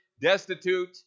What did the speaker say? destitute